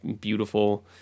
beautiful